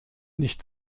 nicht